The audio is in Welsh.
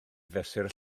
fesur